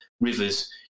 rivers